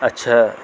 اچھا